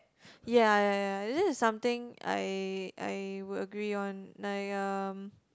ya ya ya this is something I I would agree on like um